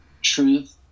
truth